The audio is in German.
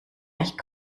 ich